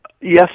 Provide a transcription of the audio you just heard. Yes